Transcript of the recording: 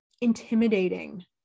intimidating